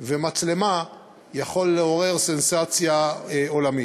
ומצלמה יכול לעורר סנסציה עולמית.